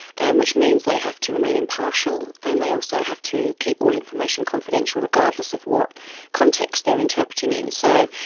and which means they have to remain impartial and they also have to keep all information confidential, regardless of what context they're interpreting in. so,